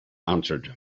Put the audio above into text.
answered